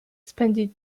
spędzić